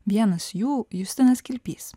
vienas jų justinas kilpys